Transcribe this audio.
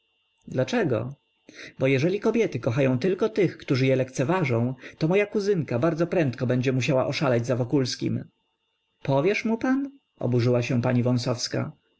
dlaczego bo jeżeli kobiety kochają tylko tych którzy je lekceważą to moja kuzynka bardzo prędko będzie musiała oszaleć za wokulskim powiesz mu pan oburzyła się pani